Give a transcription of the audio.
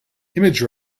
image